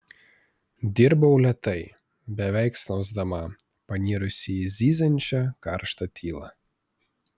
dirbau lėtai beveik snausdama panirusi į zyziančią karštą tylą